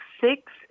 six